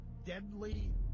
deadly